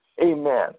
Amen